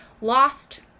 lost